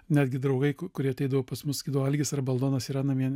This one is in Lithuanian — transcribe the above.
netgi draugai kurie ateidavo pas mus sakydavo algis arba aldonas yra namie